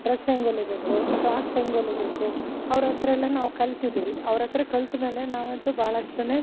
dress ಹೆಂಗೆ ಹೊಲಿಬೇಕು frocks ಹೆಂಗೆ ಹೊಲಿಬೇಕು ಅವ್ರಹತ್ರ ಎಲ್ಲ ನಾವು ಕಲ್ತಿದೀವಿ ಅವ್ರಹತ್ರ ಕಲ್ತ ಮೇಲೆ ನಾವಂತು ಭಾಳಷ್ಟು